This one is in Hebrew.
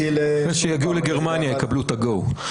אחרי שיגיעו לגרמניה יקבלו את ה-GO.